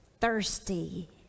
thirsty